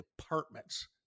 departments